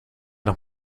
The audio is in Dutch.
nog